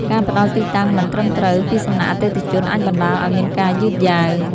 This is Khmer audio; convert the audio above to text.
ការផ្ដល់ទីតាំងមិនត្រឹមត្រូវពីសំណាក់អតិថិជន អាចបណ្ដាលឱ្យមានការយឺតយ៉ាវ។